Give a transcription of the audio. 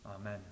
Amen